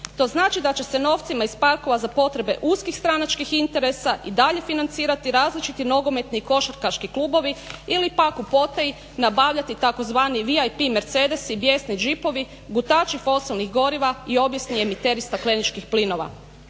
To znači da će se novcima iz parkova za potrebe uskih stranačkih interesa i dalje financirati različiti nogometni i košarkaški klubovi ili pak u potaji nabavljati tzv. VIP Mercedesi, bijesni džipovi, gutači fosilnih goriva i obijesni emiteri stakleničkih plinova.